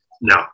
no